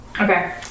Okay